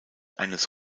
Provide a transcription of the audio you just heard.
eines